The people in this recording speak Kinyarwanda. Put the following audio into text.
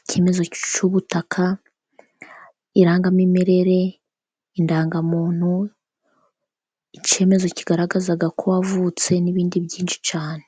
icyemezo cy'ubutaka, irangamimerere, indangamuntu, icyemezo kigaragaza ko wavutse, n'ibindi byinshi cyane.